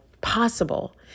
possible